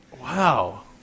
Wow